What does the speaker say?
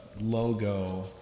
logo